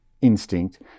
instinct